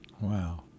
Wow